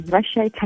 Russia